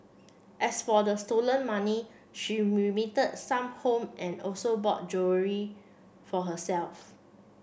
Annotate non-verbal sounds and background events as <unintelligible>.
as for the stolen money she remitted some home and also bought <unintelligible> for herself